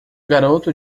garoto